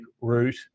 route